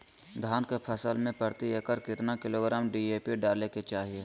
धान के फसल में प्रति एकड़ कितना किलोग्राम डी.ए.पी डाले के चाहिए?